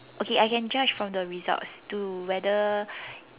okay I can judge from the results do whether